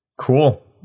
cool